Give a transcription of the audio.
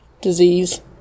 disease